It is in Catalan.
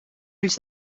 ulls